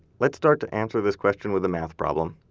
let's start to answer this question with a math problem.